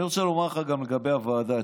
אני רוצה לומר לך גם לגבי הוועדה.